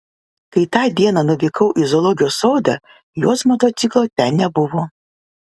kai tą dieną nuvykau į zoologijos sodą jos motociklo ten nebuvo